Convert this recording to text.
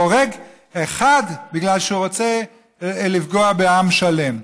הוא הורג אחד בגלל שהוא רוצה לפגוע בעם שלם,